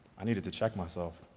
i needed to check myself.